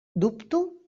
dubto